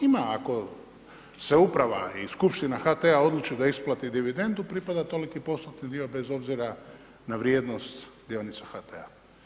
Ima ako se uprava i skupština HT-a odluči da isplati dividendu, pripada toliki postotni dio bez obzira na vrijednost dionica HT-a.